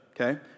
okay